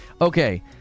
Okay